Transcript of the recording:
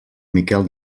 miquel